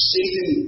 Satan